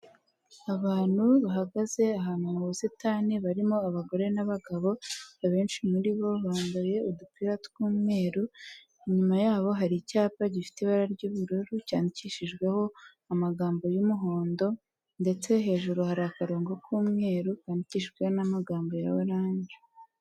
Abantu bahagaze ahantu mu busitani barimo abagore n'abagabo, abenshi muri bo bambaye udupira tw'umweru. Inyuma yabo hari icyapa gifite ibara ry'ubururu cyandikishijweho amagambo y'umuhondo ndetse hejuru hari akarongo k'umweru kandikishijwehon'amagambo ya oranje.